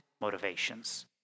motivations